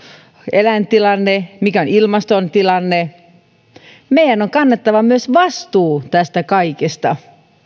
eläintilanne mikä on ilmaston tilanne meidän on kannettava myös vastuu tästä kaikesta